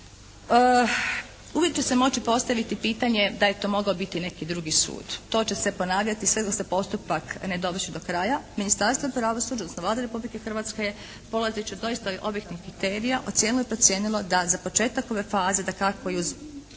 Uvijek će se moći postaviti pitanje da je to mogao biti neki drugi sud. To će se ponavljati sve dok se postupak ne dovrši do kraja. Ministarstvo pravosuđa, odnosno Vlada Republike Hrvatske je polazeći od doista objektivnih kriterija ocijenilo i procijenilo da za početak ove faze dakako i uz